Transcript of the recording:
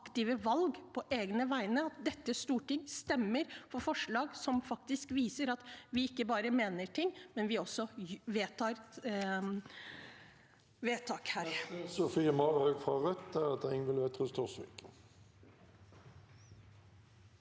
aktive valg på egne vegne og dette storting stemme for forslag som faktisk viser at vi ikke bare mener ting, vi vedtar også.